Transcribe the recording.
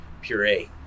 puree